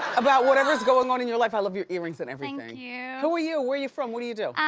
about whatever's going on in your life. i love your earrings and everything. thank you. who are you, where are you from, what do you do?